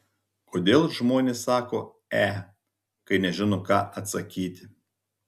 kodėl žmonės sako e kai nežino ką atsakyti